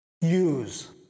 use